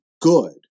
good